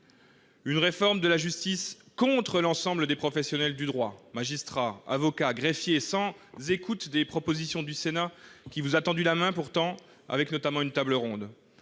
Une réforme de la justice contre l'ensemble des professionnels du droit- magistrats, avocats, greffiers -, sans écouter les propositions du Sénat, qui vous a pourtant tendu la main en organisant une table ronde